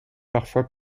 parfois